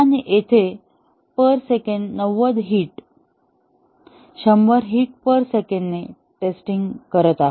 आपण येथे per second 90 hit 100 hit per second ने टेस्टिंग करत आहोत